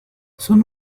son